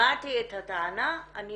שמעתי את הטענה, אני